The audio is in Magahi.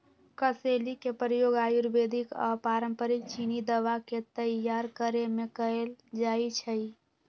कसेली के प्रयोग आयुर्वेदिक आऽ पारंपरिक चीनी दवा के तइयार करेमे कएल जाइ छइ